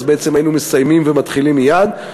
אז בעצם היינו מסיימים ומתחילים מייד.